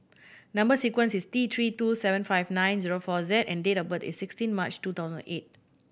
number sequence is T Three two seven five nine zero four Z and date of birth is sixteen March two thousand eight